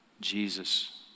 Jesus